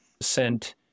sent